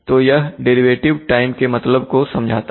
तो यह derivative time के मतलब को समझाता है